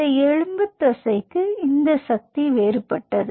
இந்த எலும்பு தசைக்கு இந்த சக்தி வேறுபட்டது